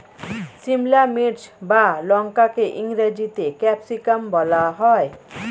সিমলা মির্চ বা লঙ্কাকে ইংরেজিতে ক্যাপসিকাম বলা হয়